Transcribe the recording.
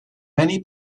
many